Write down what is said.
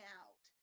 out